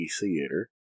Theater